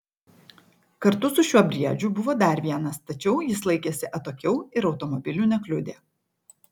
kartu su šiuo briedžiu buvo dar vienas tačiau jis laikėsi atokiau ir automobilių nekliudė